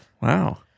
Wow